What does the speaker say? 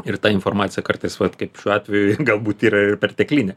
ir ta informacija kartais vat kaip šiuo atveju galbūt yra ir perteklinė